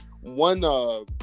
one